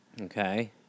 Okay